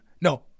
No